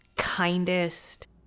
kindest